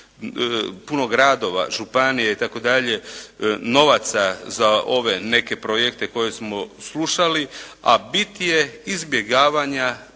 puno gradova, puno županija itd., novaca za ove neke projekte koje smo slušali a bit je izbjegavanja,